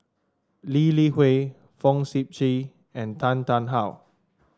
Lee Li Hui Fong Sip Chee and Tan Tarn How